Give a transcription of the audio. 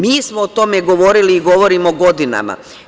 Mi smo o tome govorili i govorimo godinama.